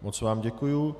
Moc vám děkuji.